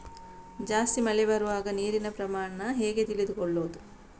ಜಾಸ್ತಿ ಮಳೆ ಬರುವಾಗ ನೀರಿನ ಪ್ರಮಾಣ ಹೇಗೆ ತಿಳಿದುಕೊಳ್ಳುವುದು?